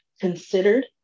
considered